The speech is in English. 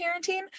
parenting